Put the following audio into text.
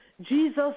Jesus